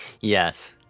yes